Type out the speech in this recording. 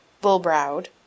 bull-browed